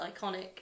iconic